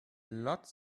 lots